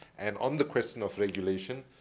and on the question of regulation,